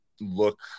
look